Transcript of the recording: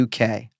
UK